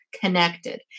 connected